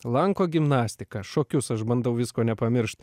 lanko gimnastiką šokius aš bandau visko nepamiršt